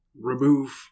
remove